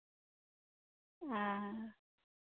ᱟᱨ